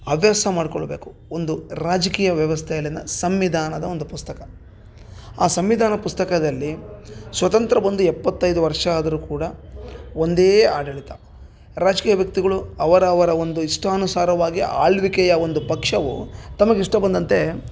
ಅವ್ಯಾಸ ಮಾಡ್ಕೊಳ್ಬೇಕು ಒಂದು ರಾಜ್ಕೀಯ ವ್ಯವಸ್ತೆಯಲ್ಲಿನ ಸಂವಿಧಾನದ ಒಂದು ಪುಸ್ತಕ ಆ ಸಂವಿಧಾನ ಪುಸ್ತಕದಲ್ಲಿ ಸ್ವತಂತ್ರ ಬಂದ ಎಪ್ಪತ್ತೈದು ವರ್ಷ ಆದರು ಕೂಡ ಒಂದೇ ಆಡಳಿತ ರಾಜ್ಕೀಯ ವ್ಯಕ್ತಿಗುಳು ಅವರವರ ಒಂದು ಇಷ್ಟಾನುಸಾರವಾಗಿ ಆಳ್ವಿಕೆಯ ಒಂದು ಪಕ್ಷವು ತಮಗಿಷ್ಟ ಬಂದಂತೆ